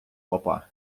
попа